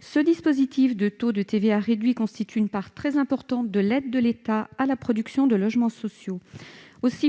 Ce dispositif de taux réduit de TVA constitue une part très importante de l'aide de l'État à la production de logements sociaux.